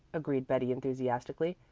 agreed betty enthusiastically.